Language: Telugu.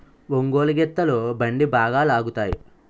ఒంగోలు గిత్తలు బండి బాగా లాగుతాయి